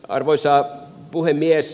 arvoisa puhemies